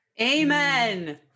amen